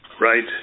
Right